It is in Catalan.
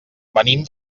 venim